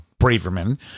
Braverman